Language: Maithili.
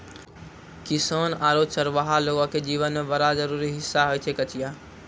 किसान आरो चरवाहा लोगो के जीवन के बड़ा जरूरी हिस्सा होय छै कचिया